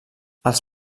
als